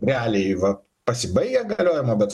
realiai va pasibaigę galiojimo bet